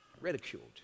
ridiculed